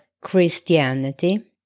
Christianity